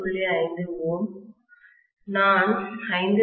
5 Ω நான் 5